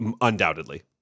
undoubtedly